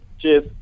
Cheers